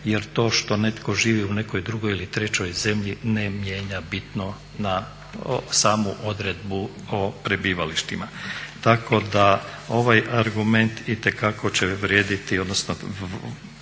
jer to što netko živi u nekoj drugoj ili trećoj zemlji ne mijenja bitno samu odredbu o prebivalištima. Tako da ovaj argument itekako će vrijediti odnosno